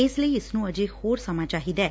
ਇਸ ਲਈ ਇਸ ਨੂੰ ਅਜੇ ਹੋਰ ਸਮਾਂ ਚਾਹੀਦੈ